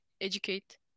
educate